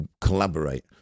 collaborate